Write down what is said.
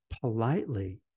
politely